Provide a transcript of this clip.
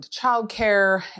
childcare